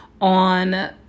on